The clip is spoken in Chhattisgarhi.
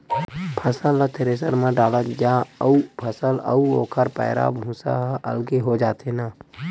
फसल ल थेरेसर म डालत जा अउ फसल अउ ओखर पैरा, भूसा ह अलगे हो जाथे न